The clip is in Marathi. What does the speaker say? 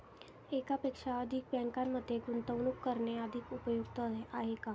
एकापेक्षा अधिक बँकांमध्ये गुंतवणूक करणे अधिक उपयुक्त आहे का?